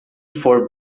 four